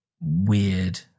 weird